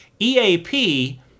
EAP